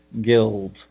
Guild